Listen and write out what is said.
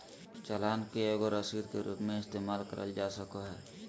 चालान के एगो रसीद के रूप मे इस्तेमाल करल जा सको हय